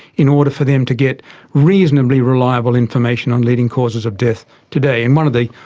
in order for them to get reasonably reliable information on leading causes of death today. and one of the